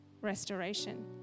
restoration